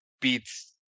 beats